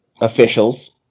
officials